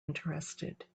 interested